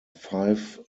five